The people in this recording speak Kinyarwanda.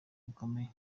bikomeye